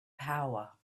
power